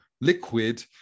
liquid